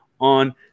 on